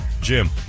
Jim